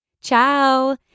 Ciao